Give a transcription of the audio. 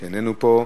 איננו פה,